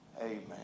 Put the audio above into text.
Amen